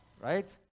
right